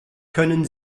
können